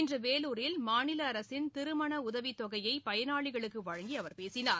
இன்று வேலூரில் மாநில அரசின் திருமண உதவித் தொகையை பயனாளிகளுக்கு வழங்கி அவர் பேசினார்